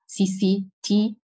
CCT